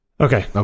Okay